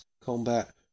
combat